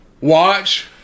Watch